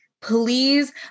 please